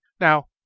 Now